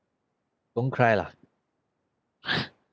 don't cry lah